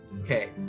Okay